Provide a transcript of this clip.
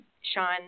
Sean